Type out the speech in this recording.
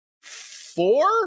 four